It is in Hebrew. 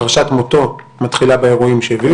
פרשת מותו מתחילה באירועים שהובילו